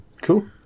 Cool